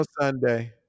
Sunday